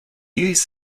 use